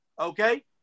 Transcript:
Okay